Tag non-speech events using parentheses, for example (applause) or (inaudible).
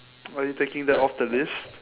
(noise) are you taking that off the list